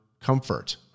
comfort